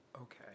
Okay